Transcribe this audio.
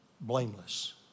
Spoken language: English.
blameless